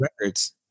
Records